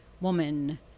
woman